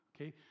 Okay